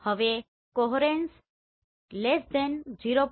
હવે કોહેરેન્સ ≤ 0